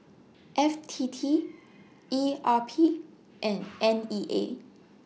F T T E R P and N E A